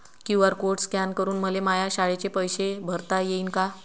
QR code scan करून मले माया शाळेचे पैसे भरता येईन का?